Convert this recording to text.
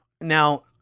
Now-